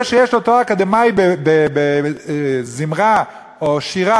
זה שיש לו תואר אקדמי בזמרה או בשירה